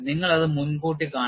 നിങ്ങൾ അത് മുൻകൂട്ടി കാണണം